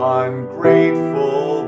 ungrateful